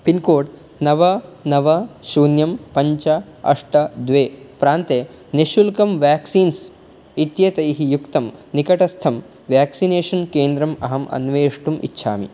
pincode नव नव शून्यं पञ्च अष्ट द्वे प्रान्ते निश्शुल्कं वाक्क्सीन्स् इत्येतैः युक्तं निकटस्थं व्याक्सिनेषन् केन्द्रम् अहम् अन्वेष्टुम् इच्छामि